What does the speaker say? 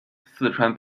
四川